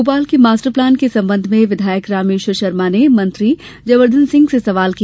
भोपाल के master plan के संबंध में विधायक रामेश्वर शर्मा ने मंत्री जयवर्धन सिंह से सवाल किया